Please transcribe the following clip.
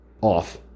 Off